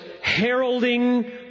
heralding